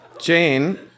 Jane